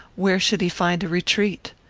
where should he find a retreat?